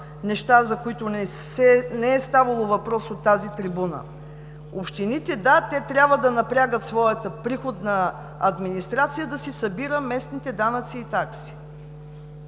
за които не е ставало въпрос от тази трибуна. Общините – да, те трябва да напрягат своята приходна администрация, да си събира местните данъци и такси.